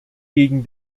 gegen